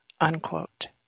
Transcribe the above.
unquote